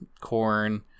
corn